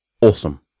awesome